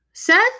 Seth